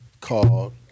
called